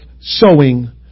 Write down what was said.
sowing